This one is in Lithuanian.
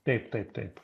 taip taip taip